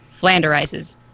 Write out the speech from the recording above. Flanderizes